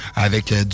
avec